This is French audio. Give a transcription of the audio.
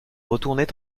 retournait